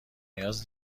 نیاز